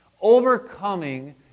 overcoming